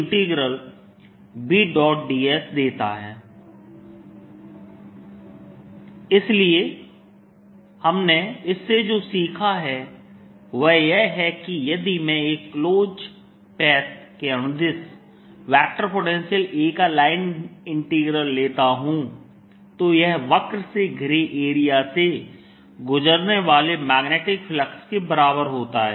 AdlAdsBds इसलिए हमने इससे जो सीखा है वह यह है कि यदि मैं एक क्लोज पैथ के अनुदेश वेक्टर पोटेंशियल A का लाइन इंटीग्रल लेता हूँ तो यह वक्र से घिरे एरिया से गुजरने वाले मैग्नेटिक फ्लक्स के बराबर होता है